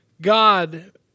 God